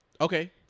Okay